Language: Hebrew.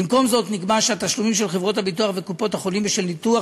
במקום זאת נקבע שהתשלומים של חברות הביטוח וקופות-החולים בשל ניתוח